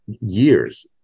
years